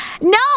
No